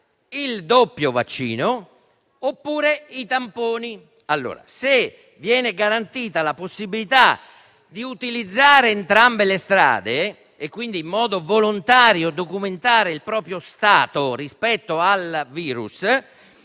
il doppio vaccino, oppure i tamponi.